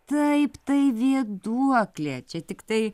taip tai vėduoklė čia tiktai